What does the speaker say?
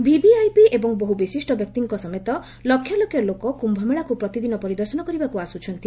VVIP ଏବଂ ବହୁ ବିଶିଷ୍ଟ ବ୍ୟକ୍ତିଙ୍କ ସମେତ ଲକ୍ଷଲକ୍ଷ ଲୋକ କୁମ୍ଭମେଳାକୁ ପ୍ରତିଦିନ ପରିଦର୍ଶନ କରିବାକୁ ଆସୁଛନ୍ତି